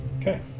Okay